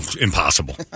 impossible